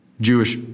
Jewish